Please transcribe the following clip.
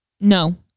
no